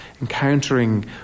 encountering